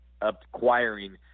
acquiring